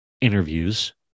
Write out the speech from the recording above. interviews